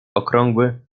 okrągły